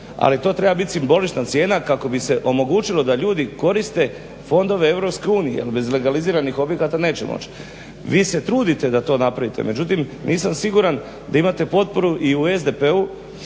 ali to treba biti simbolična cijena kako bi se omogućilo da ljudi koriste fondove EU jer bez legaliziranih objekata neće moći. Vi se trudite da to napravite, međutim nisam siguran da imate potporu i u SDP-u